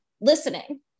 listening